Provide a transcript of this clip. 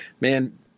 man